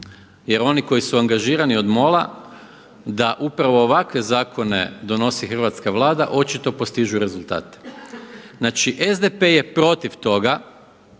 Jer oni koji su angažirani od MOL-a da upravo ovakve zakone donosi hrvatska Vlada očito postižu rezultate. Znači, SDP je protiv toga,